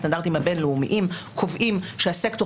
הסטנדרטים הבין-לאומיים קובעים שהסקטור